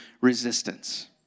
resistance